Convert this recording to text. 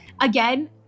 again